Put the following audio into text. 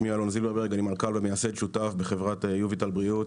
אני מנכ"ל ומייסד שותף בחברת יוביטל בריאות,